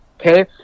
okay